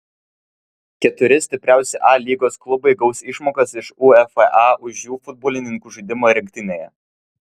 keturi stipriausi a lygos klubai gaus išmokas iš uefa už jų futbolininkų žaidimą rinktinėje